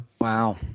Wow